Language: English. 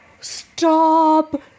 Stop